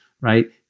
right